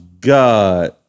god